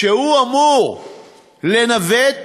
שאמור לנווט